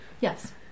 Yes